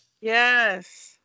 Yes